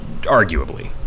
Arguably